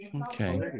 Okay